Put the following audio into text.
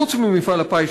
חוץ ממפעל הפיס,